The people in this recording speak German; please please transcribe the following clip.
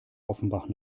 offenbach